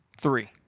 Three